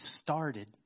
started